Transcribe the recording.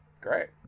Great